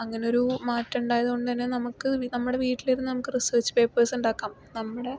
അങ്ങനൊരു മാറ്റമുണ്ടായത് കൊണ്ട് നമക്ക് നമ്മുടെ വീട്ടിലിരുന്ന് നമുക്ക് റിസേർച്ച് പേപ്പേഴ്സ് ഉണ്ടാക്കാം നമ്മുടെ